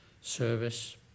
service